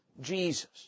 Jesus